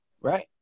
Right